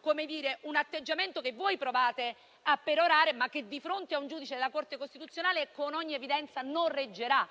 sarà un atteggiamento che voi provate a perorare, ma che di fronte a un giudice della Corte costituzionale con ogni evidenza non reggerà.